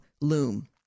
loom